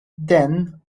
then